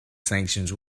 sanctions